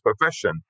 profession